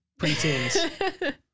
preteens